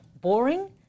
boring